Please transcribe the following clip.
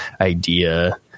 idea